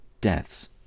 deaths